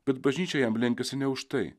bet bažnyčia jam lenkiasi ne už tai